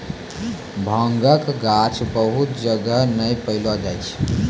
भांगक गाछ बहुत जगह नै पैलो जाय छै